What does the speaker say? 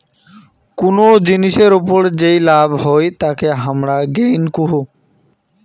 কুনো জিনিসের ওপর যেই লাভ হই তাকে হামারা গেইন কুহু